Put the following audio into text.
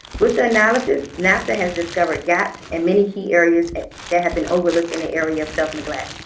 with the analysis, napsa has discovered gaps in many key areas that have been overlooked in the area of self-neglect.